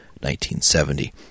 1970